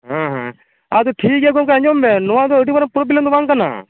ᱦᱩᱸ ᱦᱩᱸ ᱟᱪᱪᱷᱟ ᱴᱷᱤᱠᱜᱮᱭᱟ ᱜᱚᱢᱠᱮ ᱟᱸᱡᱚᱢ ᱢᱮ ᱱᱚᱣᱟ ᱫᱚ ᱟᱹᱰᱤ ᱢᱟᱨᱟᱝ ᱯᱨᱳᱵᱞᱮᱢ ᱫᱚ ᱵᱟᱝ ᱠᱟᱱᱟ